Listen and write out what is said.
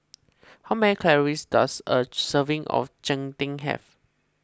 how many calories does a serving of Cheng Tng have